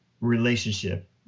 relationship